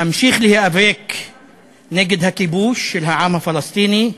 אמשיך להיאבק נגד הכיבוש של העם הפלסטיני,